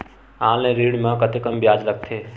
Online ऋण म कतेकन ब्याज लगथे?